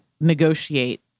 negotiate